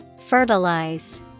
Fertilize